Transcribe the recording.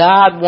God